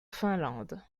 finlande